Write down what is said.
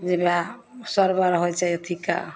जे वएह सरवर होइ छै अथीके